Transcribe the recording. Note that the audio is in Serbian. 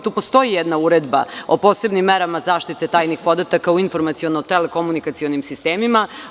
Tu postoji jedna uredba o posebnim merama zaštite tajnih podataka u informaciono-telekomunikacionim sistemima.